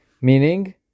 Meaning